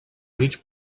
mig